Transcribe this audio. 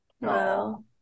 Wow